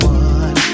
one